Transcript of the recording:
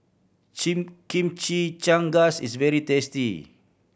chimichangas is very tasty